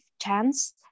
chance